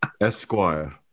Esquire